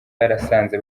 yarasanze